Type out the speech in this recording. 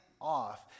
off